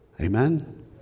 Amen